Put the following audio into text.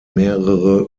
mehrere